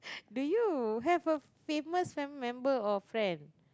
do you have a famous family member or friend